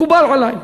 מקובל עלי,